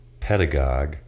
pedagogue